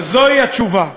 זו התשובה.